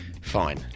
Fine